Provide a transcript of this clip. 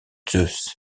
zeus